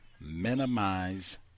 minimize